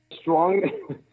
strong